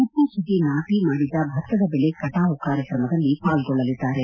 ಇತ್ತೀಚಗೆ ನಾಟ ಮಾಡಿದ ಭತ್ತದ ಬೆಳೆ ಕಟಾವು ಕಾರ್ಯಕ್ರಮದಲ್ಲಿ ಪಾಲ್ಗೊಳ್ಳಲಿದ್ದಾರೆ